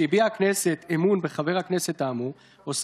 חבר הכנסת מיקי לוי, אם יהיה נוכח.